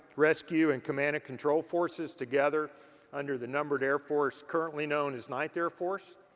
rescue and command and control forces together under the numbered air force currently known as ninth air force.